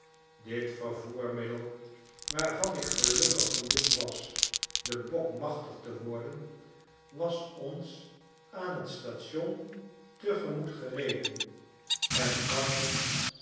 dit vervoermiddel waarvan ik gelukkig genoeg was den bok machtigte worden was ons aan t station te gemoet gereden en zag er